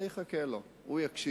אני אחכה לו, הוא יקשיב.